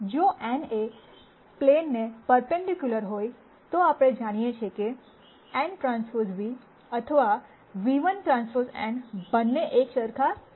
જો n એ plane ને પર્પન્ડિક્યુલર હોય તો આપણે જાણીએ છીએ કે nTν અથવા ν ₁T n બંને એક સરખા 0 હશે